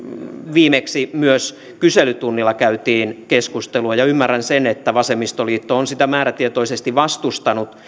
viimeksi myös kyselytunnilla käytiin keskustelua ymmärrän sen että vasemmistoliitto on sitä määrätietoisesti vastustanut